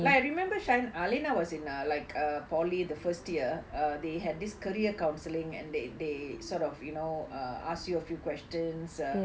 like I remember sh~ elena was in a like a polytechnic the first year uh they had this career counseling and they they sort of you know uh ask you a few questions